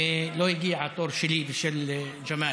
ולא הגיע התור שלי ושל ג'מאל.